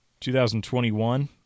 2021